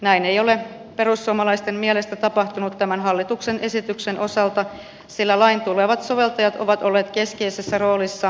näin ei ole perussuomalaisten mielestä tapahtunut tämän hallituksen esityksen osalta sillä lain tulevat soveltajat ovat olleet keskeisessä roolissa lain valmistelutyössä